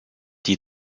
die